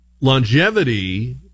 longevity